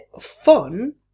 fun